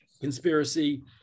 Conspiracy